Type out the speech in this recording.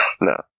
No